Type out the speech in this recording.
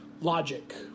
logic